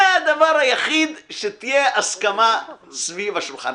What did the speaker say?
זה הדבר היחיד שתהיה הסכמה סביב השולחן.